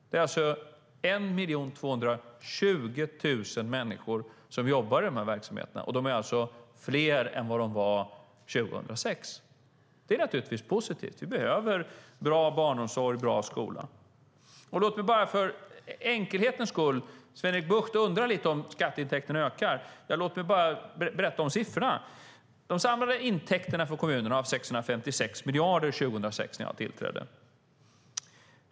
Det är alltså 1 220 000 människor som jobbar i dessa verksamheter, och de är fler än de var 2006. Det är positivt. Vi behöver bra barnomsorg och bra skola. Sven-Erik Bucht undrar om skatteintäkterna ökar. Låt mig därför, för enkelhetens skull, berätta om siffrorna. De samlade intäkterna för kommunerna var 656 miljarder 2006, när jag tillträdde.